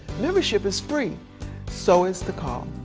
membership is free so is the call.